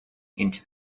into